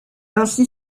ainsi